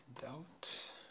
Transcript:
doubt